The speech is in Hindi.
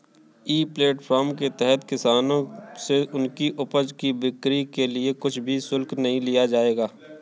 ई प्लेटफॉर्म के तहत किसानों से उनकी उपज की बिक्री के लिए कुछ भी शुल्क नहीं लिया जाएगा